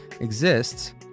exists